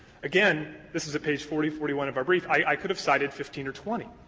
again, this is at page forty, forty one of our brief. i could have cited fifteen or twenty.